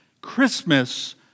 Christmas